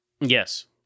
yes